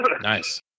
Nice